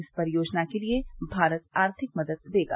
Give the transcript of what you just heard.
इस परियोजना के लिए भारत आर्थिक मदद देगा